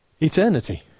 eternity